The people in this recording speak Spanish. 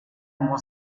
como